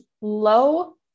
low